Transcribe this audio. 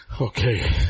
Okay